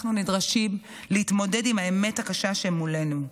אנחנו נדרשים להתמודד עם האמת הקשה שמולנו.